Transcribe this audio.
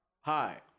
Hi